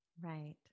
Right